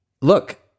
Look